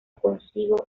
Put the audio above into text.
consigo